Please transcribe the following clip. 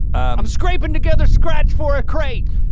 i'm scrapin' together scratch for a crepe!